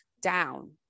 down